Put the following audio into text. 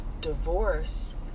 divorce